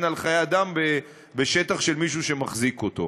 על חיי אדם בשטח של מישהו שמחזיק אותו.